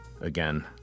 Again